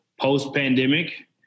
post-pandemic